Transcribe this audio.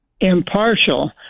impartial